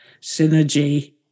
synergy